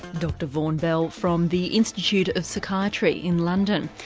dr vaughan bell from the institute of psychiatry in london.